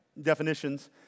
definitions